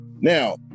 Now